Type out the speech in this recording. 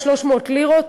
300 לירות.